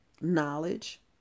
knowledge